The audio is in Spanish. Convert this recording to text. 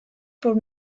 por